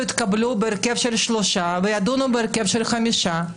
יתקבלו בהרכב של שלושה וידונו בהרכב של חמישה,